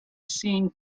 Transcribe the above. seen